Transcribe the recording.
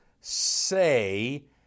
say